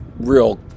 real